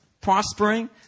prospering